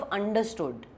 understood